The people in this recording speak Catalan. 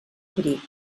abric